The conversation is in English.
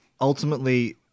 ultimately